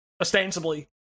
ostensibly